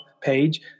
page